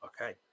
Okay